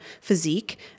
physique